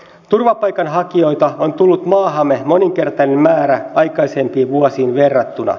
turvapaikanhakijoita on tullut maahamme moninkertainen määrä aikaisempiin vuosiin verrattuna